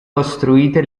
costruite